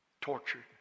Tortured